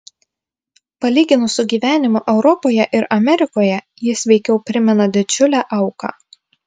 palyginus su gyvenimu europoje ir amerikoje jis veikiau primena didžiulę auką